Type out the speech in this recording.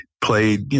played